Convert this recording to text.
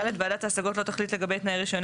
(ד)ועדת ההשגות לא תחליט לגבי תנאי רישיון